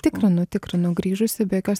tikrinu tikrinu grįžusi be jokios